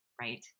right